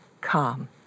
calm